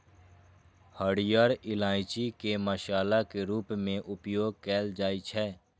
हरियर इलायची के मसाला के रूप मे उपयोग कैल जाइ छै